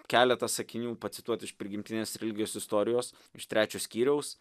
keletą sakinių pacituot iš prigimtinės religijos istorijos iš trečio skyriaus